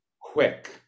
quick